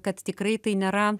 kad tikrai tai nėra